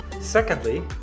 Secondly